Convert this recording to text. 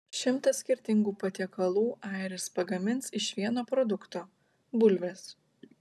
šimtą skirtingų patiekalų airis pagamins iš vieno produkto bulvės